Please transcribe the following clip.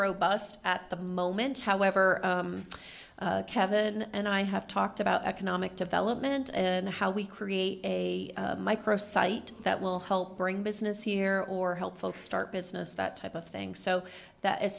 robust at the moment however kevin and i have talked about economic development and how we create a micro site that will help bring business here or help folks start business that type of thing so that as